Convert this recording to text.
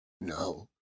no